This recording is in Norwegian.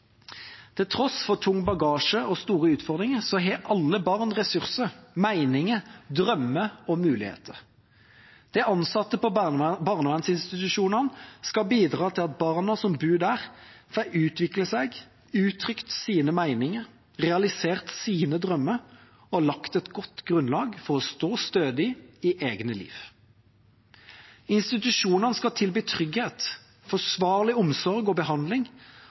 Til tross for tung bagasje og store utfordringer har alle barn ressurser, meninger, drømmer og muligheter. De ansatte på barnevernsinstitusjonene skal bidra til at barna som bor der, får utvikle seg, uttrykt sine meninger, realisert sine drømmer og lagt et godt grunnlag for å stå stødig i eget liv. Institusjonene skal tilby trygghet, forsvarlig omsorg og behandling